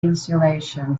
insulation